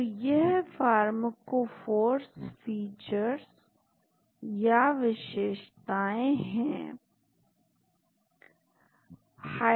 तो यह pharmacophores features या विशेषताएं क्या है